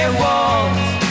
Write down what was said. walls